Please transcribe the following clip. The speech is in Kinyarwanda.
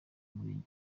murenge